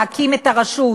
להקים את הרשות,